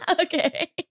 Okay